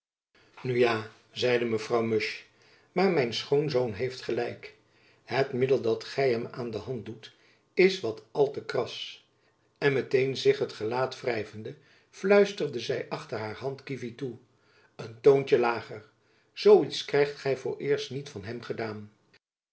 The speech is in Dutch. ja zeide mevrouw musch maar mijn schoonzoon heeft gelijk het middel dat gy hem aan de hand doet is wat al te kras en met-een zich het gelaat wrijvende fluisterde zy achter haar hand kievit toe een toontjen lager zoo iets krijgt gy vooreerst niet van hem gedaan